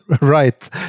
right